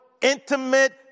intimate